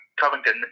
Covington